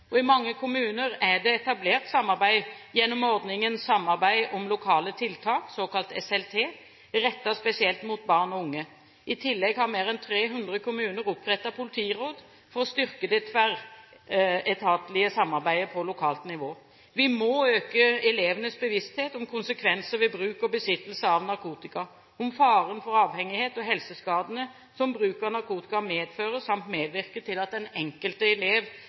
I mange kommuner er det etablert samarbeid gjennom ordningen Samordning av lokale kriminalitetsforebyggende tiltak, såkalt SLT, rettet spesielt mot barn og unge. I tillegg har mer enn 300 kommuner opprettet politiråd for å styrke det tverretatlige samarbeidet på lokalt nivå. Vi må øke elevenes bevissthet om konsekvenser ved bruk og besittelse av narkotika, om faren for avhengighet og helseskadene som bruk av narkotika medfører, samt medvirke til at den enkelte elev